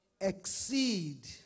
exceed